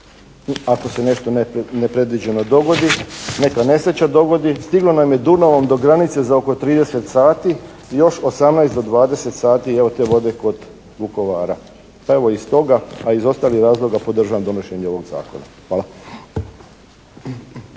ako se nešto nepredviđeno dogodi, neka nesreća dogodi, stiglo nam je Dunavom do granice za oko 30 sati i još 18 do 20 sati evo, te vode kod Vukovara. Pa evo iz toga a i iz ostalih razloga podržavam donošenje ovog zakona. Hvala.